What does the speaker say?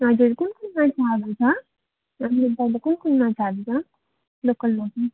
हजुर कुन कुन माछाहरू छ कुन कुन माछाहरू छ लोकलमा नि